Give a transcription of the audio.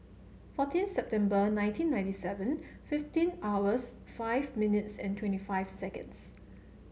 fourteen September nineteen ninety seven fifteen hours five minutes and twenty five seconds